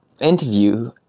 interview